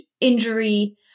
injury